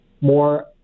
more